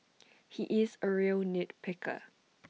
he is A real nit picker